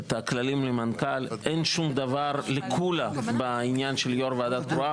את הכללים למנכ"ל אין שום דבר לקולא בעניין של יו"ר ועדה קרואה.